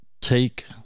Take